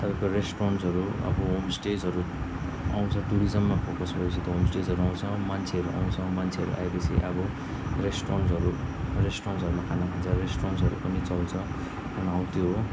तपाईँको रिस्टुरेन्टहरू अब होमस्टेहरू आउँछ टुरिजममा फोकस भएपछि त होमस्टेजहरू आउँछ मान्छेहरू आउँछ मान्छेहरू आए पछि अब रेस्टुरेन्टहरू रेस्टुरेन्टहरूमा खाना खान्छ रेस्टुरेन्टहरू पनि चल्छ हो त्यो हो